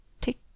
Tick